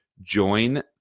join